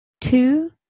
Two